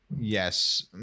yes